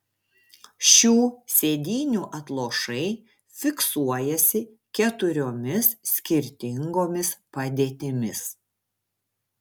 šių sėdynių atlošai fiksuojasi keturiomis skirtingomis padėtimis